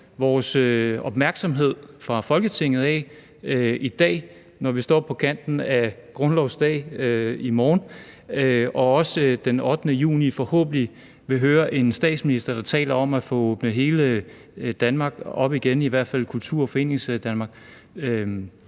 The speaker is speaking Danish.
vores opmærksomhed fra Folketingets side i dag mod det, når vi står på kanten af grundlovsdag i morgen – og den 8. juni hører vi forhåbentlig også en statsminister, der taler om at åbne hele Danmark op igen, i hvert fald Kultur- og Foreningsdanmark